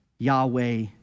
Yahweh